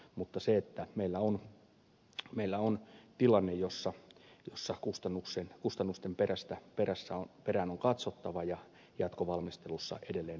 mutta meillä on tilanne jossa kustannusten perään on katsottava ja jota jatkovalmistelussa on edelleen arvioitava